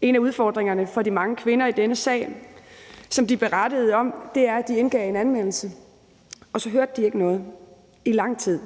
En af udfordringerne for de mange kvinder i denne sag, som de berettede om, er, at de indgav en anmeldelse, og så hørte de ikke noget i lang tid.